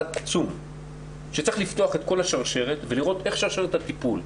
עצום שצריך לפתוח את כל השרשרת ולראות איך שרשרת הטיפול.